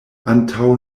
antaŭ